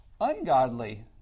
ungodly